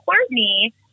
Courtney